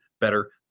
Better